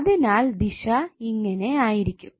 അതിനാൽ ദിശ ഇങ്ങനെആയിരിക്കും